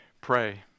pray